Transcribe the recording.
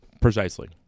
Precisely